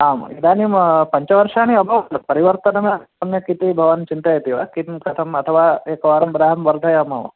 आम् इदानीं पञ्चवर्षाणि अभवत् परिवर्तनं सम्यक् इति भवान् चिन्तयति वा किं कथम् अथवा एकवारं रम् वर्धयामः